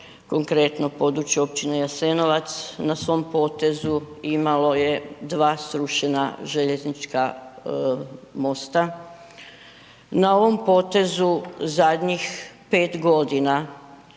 konkretno područje općine Jasenovac na svom potezu imalo je 2 srušena željeznička mosta, na ovom potezu zadnjih 5.g.